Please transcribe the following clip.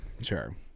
Sure